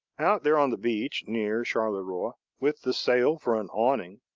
out there on the beach, near charleroi, with the sail for an awning,